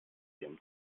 ihrem